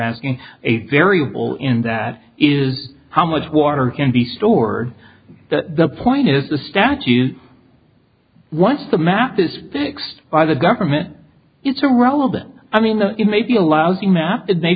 asking a variable in that is how much water can be stored that the point is the statute once the map this x by the government it's irrelevant i mean the it may be a lousy map it may